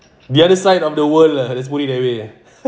the other side of the world lah just put it away